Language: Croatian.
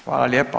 Hvala lijepa.